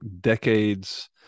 decades